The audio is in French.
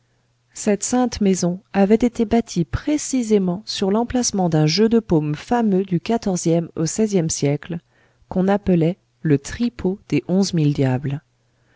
cette sainte maison avait été bâtie précisément sur l'emplacement d'un jeu de paume fameux du quatorzième au seizième siècle qu'on appelait le tripot des onze mille diables